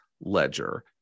ledger